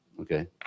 Okay